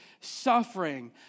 suffering